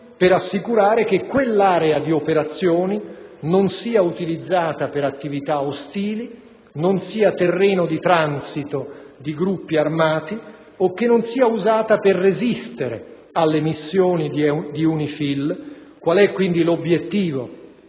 per assicurare che quell'area di operazioni non sia utilizzata per attività ostili, non sia terreno di transito di gruppi armati o non sia usata per resistere alle missioni di UNIFIL. L'obiettivo